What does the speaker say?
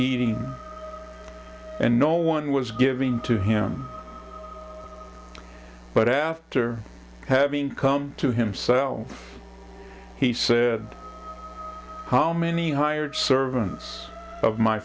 eating and no one was giving to him but after having come to himself he said how many hired servants of my